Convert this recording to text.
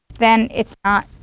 then it's not,